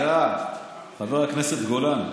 חבר הכנסת גולן,